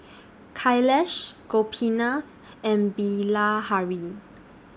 Kailash Gopinath and Bilahari